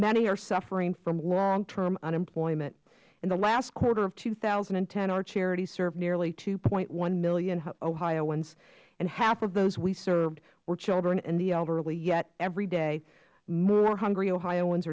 many are suffering from long term unemployment in the last quarter of two thousand and ten our charities served nearly two point one million ohioans and half of those we served were children and the elderly yet every day more hungry ohioans